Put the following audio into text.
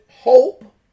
hope